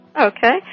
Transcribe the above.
Okay